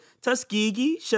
Tuskegee